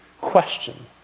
question